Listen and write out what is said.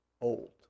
old